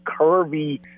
curvy